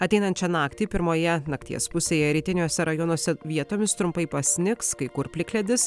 ateinančią naktį pirmoje nakties pusėje rytiniuose rajonuose vietomis trumpai pasnigs kai kur plikledis